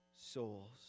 souls